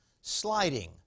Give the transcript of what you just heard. sliding